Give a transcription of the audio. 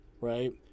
Right